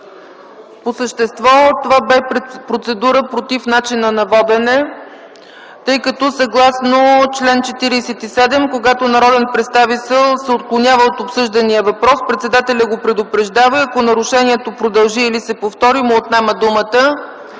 По същество това бе процедура против начина на водене, тъй като съгласно чл. 47, когато народен представител се отклонява от обсъждания въпрос, председателят го предупреждава и ако нарушението продължи или се повтори, му отнема думата.